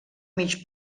mig